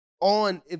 on –